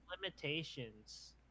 limitations